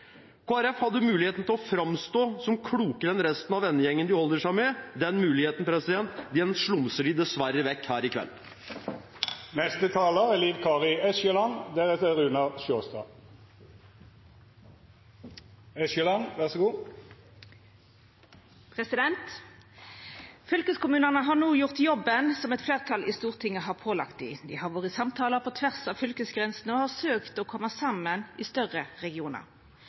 Folkeparti hadde muligheten til å framstå som klokere enn resten av vennegjengen de holder seg med. Den muligheten slumser de dessverre vekk her i kveld. Fylkeskommunane har no gjort jobben som eit fleirtal i Stortinget har pålagt dei. Dei har vore i samtalar på tvers av fylkesgrensene og har søkt å koma saman i større regionar.